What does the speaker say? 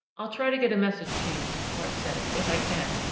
i'll try to get a message to you, bart said, if i can.